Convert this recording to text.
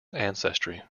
ancestry